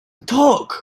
talk